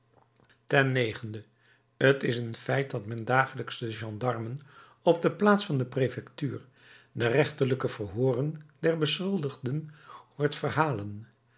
ten negende t is een feit dat men dagelijks de gendarmen op de plaats van de prefectuur de rechterlijke verhooren der beschuldigden hoort verhalen